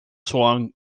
swung